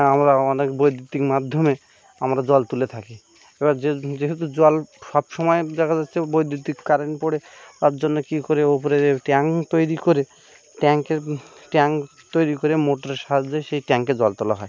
আমরা অনেক বৈদ্যুতিক মাধ্যমে আমরা জল তুলে থাকি এবার যেহেতু জল সব সময় দেখা যাচ্ছে বৈদ্যুতিক কারেন্ট পোড়ে তার জন্য কী করে উপরে যে ট্যাঙ্ক তৈরি করে ট্যাঙ্কের ট্যাঙ্ক তৈরি করে মোটরের সাহায্যে সেই ট্যাঙ্কে জল তোলা হয়